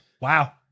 Wow